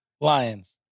Lions